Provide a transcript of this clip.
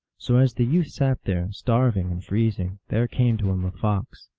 so as the youth sat there, starving and freezing, there came to him a fox.